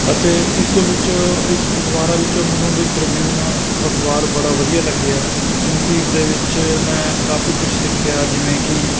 ਅਤੇ ਇਸ ਤੋਂ ਵਿੱਚ ਇਸ ਅਖ਼ਬਾਰਾਂ ਵਿੱਚੋਂ ਮੈਨੂੰ ਦੀ ਟ੍ਰਿਬਿਊਨ ਅਖ਼ਬਾਰ ਬੜਾ ਵਧੀਆ ਲੱਗਿਆ ਕਿਉਂਕਿ ਇਸ ਦੇ ਵਿੱਚ ਮੈਂ ਕਾਫ਼ੀ ਕੁਛ ਸਿੱਖਿਆ ਜਿਵੇਂ ਕਿ